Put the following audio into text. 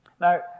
Now